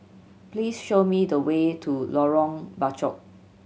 please show me the way to Lorong Bachok